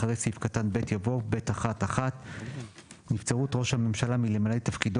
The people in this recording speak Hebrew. אחרי סעיף קטן (ב) יבוא: "(ב1) (1)נבצרות ראש הממשלה מלמלא את תפקידו